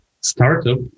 startup